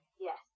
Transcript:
Yes